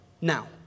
now